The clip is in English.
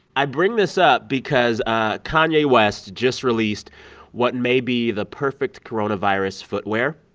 i bring this up because ah kanye west just released what may be the perfect coronavirus footwear.